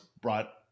brought